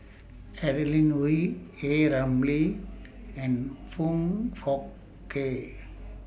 Adeline Ooi A Ramli and Foong Fook Kay